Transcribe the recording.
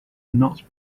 not